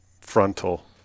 frontal